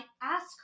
ask